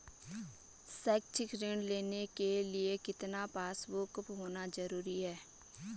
शैक्षिक ऋण लेने के लिए कितना पासबुक होना जरूरी है?